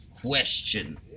question